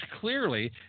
clearly